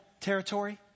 territory